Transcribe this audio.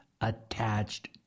attached